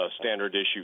standard-issue